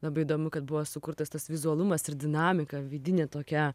labai įdomu kad buvo sukurtas tas vizualumas ir dinamika vidinė tokia